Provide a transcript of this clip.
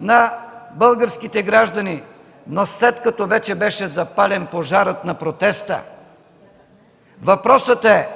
на българските граждани, но след като вече беше запален пожарът на протеста. Въпросът е